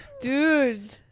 Dude